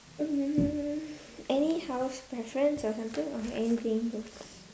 hmm any house preference or something or anything goes